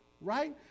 right